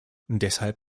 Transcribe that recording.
deshalb